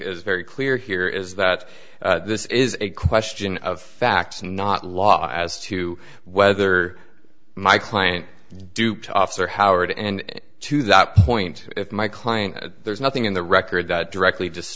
is very clear here is that this is a question of facts and not law as to whether my client duped the officer howard and to that point if my client there's nothing in the record that directly